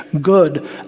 good